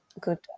good